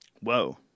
Whoa